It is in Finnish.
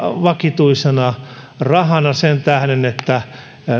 vakituisena rahana sen tähden että